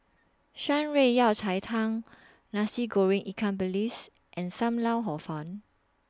Shan Rui Yao Cai Tang Nasi Goreng Ikan Bilis and SAM Lau Hor Fun